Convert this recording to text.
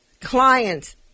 clients